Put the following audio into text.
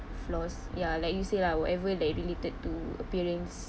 flaws ya like you say lah whatever that related to appearance